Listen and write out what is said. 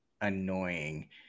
annoying